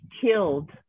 killed